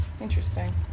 interesting